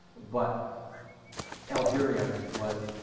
but algeria was,